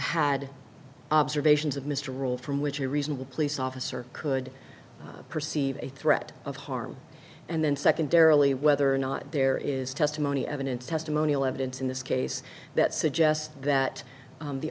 had observations of mr rule from which a reasonable police officer could perceive a threat of harm and then secondarily whether or not there is testimony evidence testimonial evidence in this case that suggests that